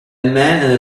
man